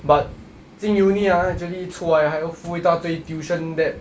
but 进 uni ah actually 出来还要付一大堆 tuition debt